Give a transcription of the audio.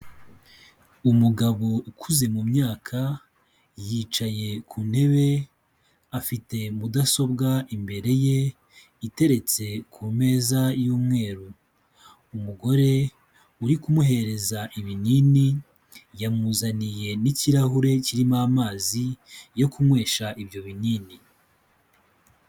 Umugabo ukuze mu myaka yicaye ku ntebe, afite mudasobwa imbere ye, iteretse ku meza y'umweru, umugore uri kumuhereza ibinini, yamuzaniye n'ikirahure kirimo amazi yo kunywesha ibyo binini.